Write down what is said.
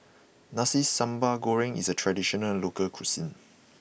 Nasi Sambal Goreng is a traditional local cuisine